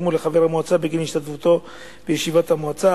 התגמול לחבר המועצה בגין השתתפותו בישיבות המועצה.